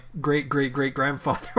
great-great-great-grandfather